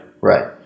right